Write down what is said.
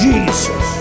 Jesus